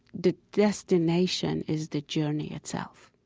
the destination is the journey itself.